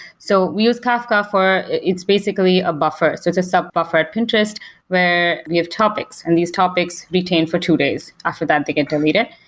so we use kafka for it's basically a buffer. so it's a sub-buffer at pinterest where we have topics, and these topics retain for two days. after that they got deleted.